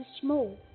small